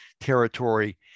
territory